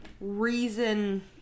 reason